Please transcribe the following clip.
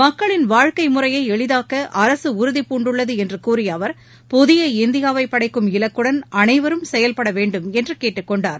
மக்களின் வாழ்க்கை முறையை எளிதாக்க அரசு உறுதிபூண்டுள்ளது என்று கூறிய அவர் புதிய இந்தியாவை படைக்கும் இலக்குடன் அனைவரும் செயல்பட வேண்டும் என்று கேட்டுக்கொண்டார்